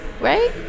right